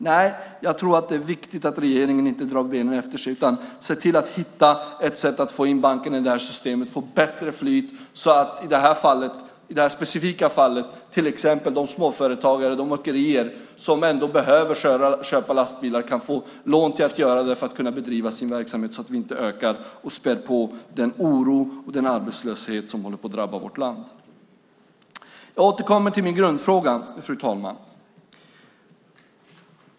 Nej, jag tror att det är viktigt att regeringen inte drar benen efter sig utan ser till att hitta ett sätt att få in bankerna i det här systemet, att få bättre flyt, så att de i det här specifika fallet småföretagare och åkerier som behöver köpa lastbilar kan få lån till att göra det för att kunna bedriva sin verksamhet, så att man inte späder på den oro och den arbetslöshet som håller på att drabba vårt land. Jag återkommer till min grundfråga, fru talman.